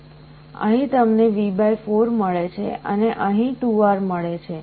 અહીં તમને V4 મળે છે અને અહીં 2R મળે છે